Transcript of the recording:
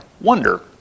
wonder